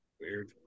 Weird